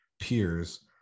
peers